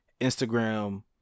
instagram